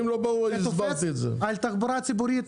השינוי של 168 תופס לתחבורה הציבורית?